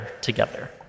together